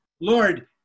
Lord